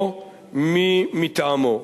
או מי מטעמו.